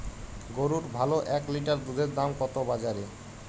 গরুর ভালো এক লিটার দুধের দাম কত বাজারে?